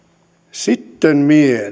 sitten